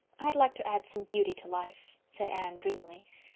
i'd like to add some beauty to life, said anne dreamily.